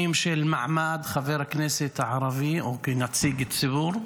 של מעמד חבר הכנסת הערבי או כנציג ציבור: